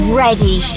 ready